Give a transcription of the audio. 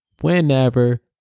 whenever